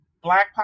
black